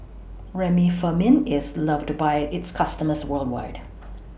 Remifemin IS loved By its customers worldwide